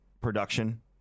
production